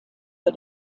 für